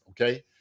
okay